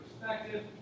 perspective